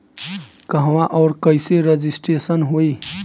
कहवा और कईसे रजिटेशन होई?